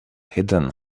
hidden